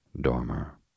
Dormer